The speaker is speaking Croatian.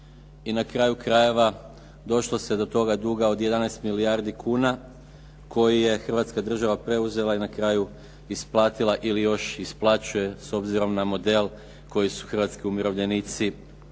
i na kraju krajeva došlo se do toga duga od 11 milijardi kuna koji je Hrvatska država preuzela i na kraju isplatila ili još isplaćuje s obzirom na model koji su hrvatski umirovljenici preuzeli